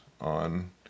on